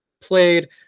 played